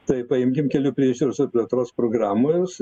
tai paimkim kelių priežiūros ir plėtros programos